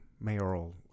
mayoral